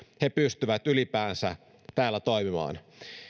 ne pystyvät ylipäänsä täällä toimimaan